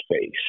space